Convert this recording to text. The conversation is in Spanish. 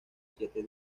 siete